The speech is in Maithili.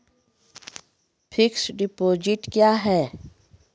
फिक्स्ड डिपोजिट क्या हैं?